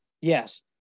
Yes